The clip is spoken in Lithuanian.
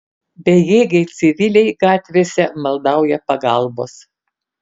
bejėgiai civiliai gatvėse maldauja pagalbos